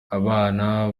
abana